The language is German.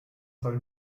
soll